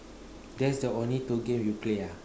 that's the only two games you play ah